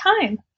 time